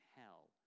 hell